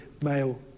male